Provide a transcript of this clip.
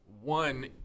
one